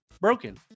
broken